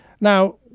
Now